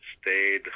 stayed